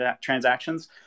transactions